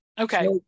Okay